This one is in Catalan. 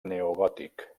neogòtic